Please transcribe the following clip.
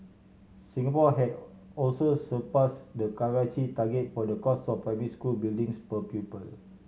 Singapore had also surpassed the Karachi target for the cost of primary school buildings per pupil